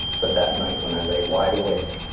but that night when i lay wide awake,